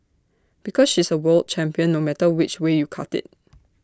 because she's A world champion no matter which way you cut IT